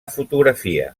fotografia